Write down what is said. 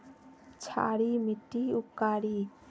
क्षारी मिट्टी उपकारी?